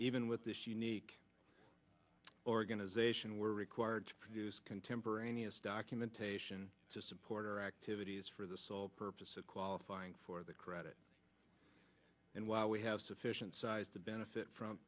even with this unique organization were required to produce contemporaneous documentation to support it is for the sole purpose of qualifying for the credit and while we have sufficient size to benefit from